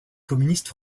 communiste